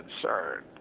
concerned